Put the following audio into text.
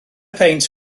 peint